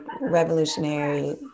revolutionary